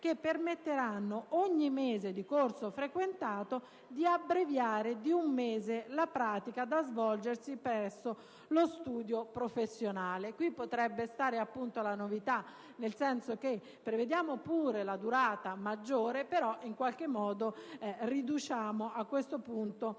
che permetteranno, per ogni mese di corso frequentato, di abbreviare di un mese la pratica da svolgersi presso lo studio professionale». Qui potrebbe, appunto, risiedere la novità, nel senso che prevediamo pure una durata maggiore ma, in qualche modo, riduciamo la durata della pratica